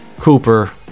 Cooper